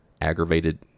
Aggravated